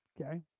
Okay